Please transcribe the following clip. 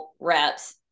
reps